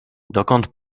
dokąd